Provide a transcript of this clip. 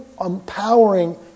empowering